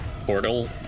portal